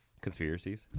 conspiracies